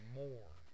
more